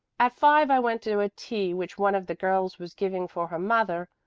at five i went to a tea which one of the girls was giving for her mother,